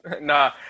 nah